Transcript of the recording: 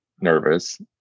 nervous